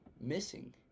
missing